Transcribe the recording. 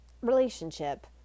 relationship